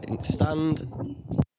stand